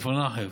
כפר נחף,